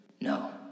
No